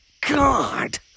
God